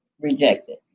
rejected